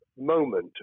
moment